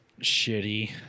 Shitty